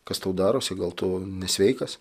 kas tau darosi gal tu nesveikas